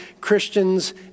Christians